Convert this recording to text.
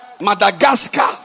Madagascar